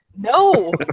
no